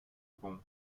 pont